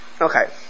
Okay